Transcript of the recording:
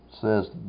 says